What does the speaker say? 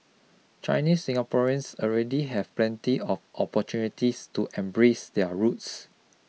Chinese Singaporeans already have plenty of opportunities to embrace their roots